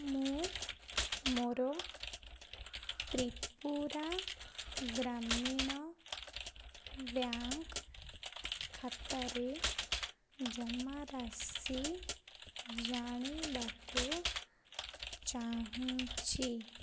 ମୁଁ ମୋର ତ୍ରିପୁରା ଗ୍ରାମୀଣ ବ୍ୟାଙ୍କ୍ ଖାତାରେ ଜମାରାଶି ଜାଣିବାକୁ ଚାହୁଁଛି